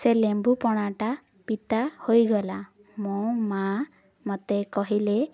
ସେ ଲେମ୍ବୁପଣାଟା ପିତା ହୋଇଗଲା ମୋ ମା ମତେ କହିଲେ